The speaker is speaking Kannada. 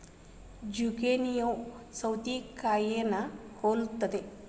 ಜುಕೇನಿಯೂ ಸೌತೆಕಾಯಿನಾ ಹೊಲುತ್ತದೆ